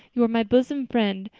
you are my bosom friend,